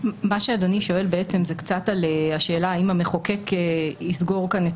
מה שאדוני שואל זה האם המחוקק יסגור כאן את